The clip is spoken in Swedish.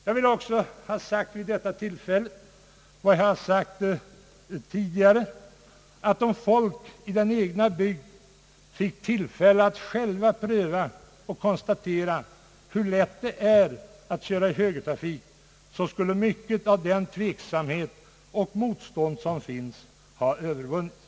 Jag vill också ha sagt vid detta tillfälle — jag har sagt det tidigare — att om folk i den egna bygden fick tillfälle att själva pröva och konstatera hur lätt det är att köra i högertrafik, så skulle mycket av den tveksamhet och det motstånd som finns ha övervunnits.